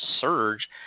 surge